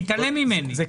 מתעלם ממני.